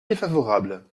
défavorable